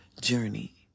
journey